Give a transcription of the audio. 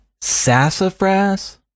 sassafras